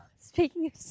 speaking